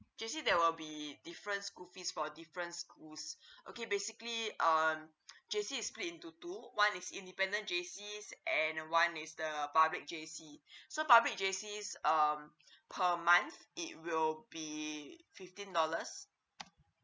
J_C there will be different school fees for different schools okay basically um J_C is split into two ones is independent J_C and one is the public J_C so public J_C um per month it will be fifteen dollars